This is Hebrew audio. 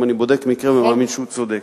אם אני בודק מקרה ומאמין שהוא צודק.